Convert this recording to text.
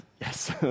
yes